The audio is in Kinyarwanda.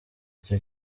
icyo